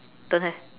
don't have